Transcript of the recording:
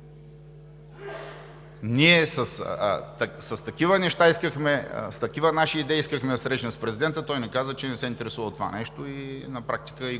знае за кого е гласувал. С такива наши идеи искахме да се срещнем с президента, а той ни каза, че не се интересува от това нещо и на практика